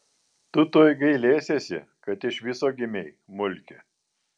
tu tuoj gailėsiesi kad iš viso gimei mulki